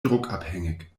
druckabhängig